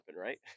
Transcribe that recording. right